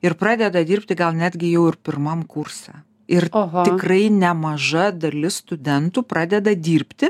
ir pradeda dirbti gal netgi jau ir pirmam kurse ir tikrai nemaža dalis studentų pradeda dirbti